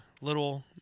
little